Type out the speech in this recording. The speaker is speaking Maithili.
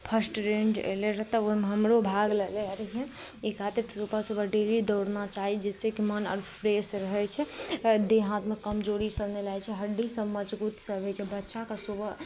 फर्स्ट रैंक अयलै रहै तब ओहिमे हमरो भाग लेने रहियै एहि खातिर सुबह सुबह डेली दौड़ना चाही जिससे कि मोन आर फरेश रहै छै देह हाथमे कमजोरी सभ नहि लगै छै हड्डीसभ मजबूत सभ रहै छै बच्चाके सुबह